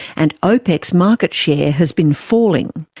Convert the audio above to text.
and opec's market share has been falling.